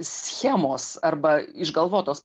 schemos arba išgalvotos